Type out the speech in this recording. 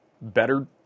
Better